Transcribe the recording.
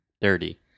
Dirty